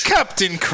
Captain